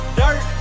dirt